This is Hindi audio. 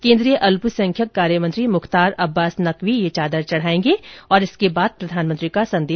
केन्द्रीय अल्पसंख्यक कार्यमंत्री मुख्तार अब्बास नकवी ये चादर चढ़ाएंगे और इसके बाद प्रधानमंत्री का संदेश पढकर सुनायेंगे